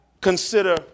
Consider